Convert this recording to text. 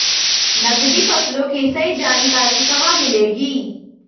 नकदी फसलों की सही जानकारी कहाँ मिलेगी?